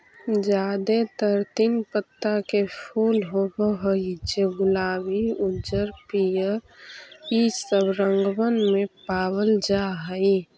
जादेतर तीन पत्ता के फूल होब हई जे गुलाबी उज्जर पीअर ईसब रंगबन में पाबल जा हई